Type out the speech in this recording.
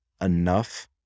enough